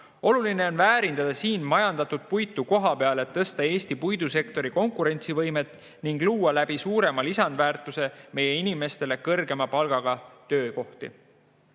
Oluline on väärindada siin majandatud puitu kohapeal, et tõsta Eesti puidusektori konkurentsivõimet ning luua läbi suurema lisandväärtuse meie inimestele kõrgema palgaga töökohti. Puidu